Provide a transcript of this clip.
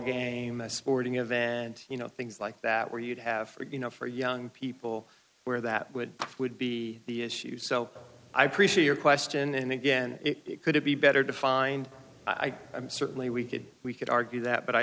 game a sporting event and you know things like that where you'd have you know for young people where that would would be the issues so i appreciate your question and again it could be better to find i certainly we could we could argue that but i